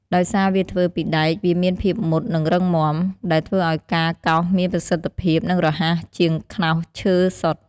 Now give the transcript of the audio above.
ដោយសារវាធ្វើពីដែក វាមានភាពមុត និងរឹងមាំ ដែលធ្វើឲ្យការកោសមានប្រសិទ្ធភាព និងរហ័ស ជាងខ្នោសឈើសុទ្ធ។